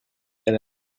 elle